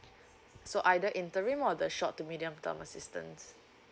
so either interim or the short to medium term assistance